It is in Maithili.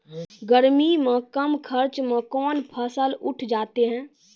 गर्मी मे कम खर्च मे कौन फसल उठ जाते हैं?